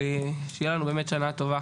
שתהיה לנו באמת שנה טובה